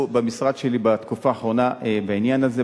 במשרד שלי בתקופה האחרונה בעניין הזה.